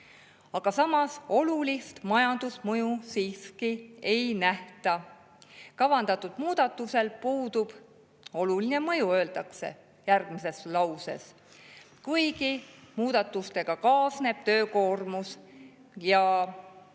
Samas olulist majandusmõju siiski ei nähta. Kavandatud muudatusel puudub oluline mõju, öeldakse järgmises lauses. Kuigi muudatustega kaasneb töökoormus,